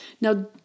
Now